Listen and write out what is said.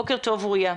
בוקר טוב, אוריה.